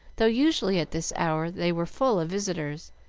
though usually at this hour they were full of visitors,